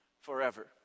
forever